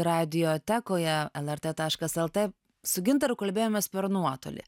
radiotekoje lrt taškas lt su gintaru kalbėjomės per nuotolį